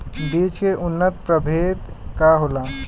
बीज के उन्नत प्रभेद का होला?